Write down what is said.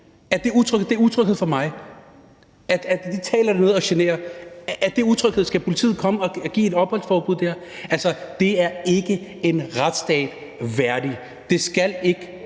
Er det utryghed for mig, at de taler dernede, at de generer? Er det utryghed? Skal politiet der komme og give et opholdsforbud? Altså, det er ikke en retsstat værdigt. Det skal ikke